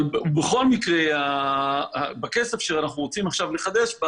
בכל מקרה בכסף שאנחנו עכשיו רוצים לחדש,